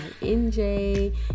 NJ